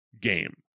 game